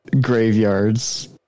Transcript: graveyards